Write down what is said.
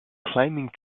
climbing